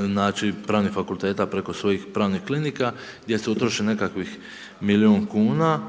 znači pravnih fakulteta preko svojih pravnih klinika gdje se utroši nekakvih milijun kuna